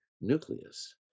nucleus